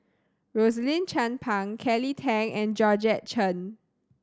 Rosaline Chan Pang Kelly Tang and Georgette Chen